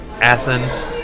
Athens